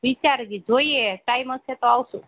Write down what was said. વિચારીએ જોઈએ ટાઈમ હશે તો આવીશું